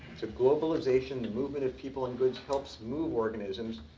it's a globalization, the movement of people and goods helps move organisms.